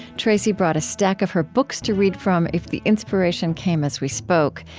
tracy brought a stack of her books to read from if the inspiration came as we spoke,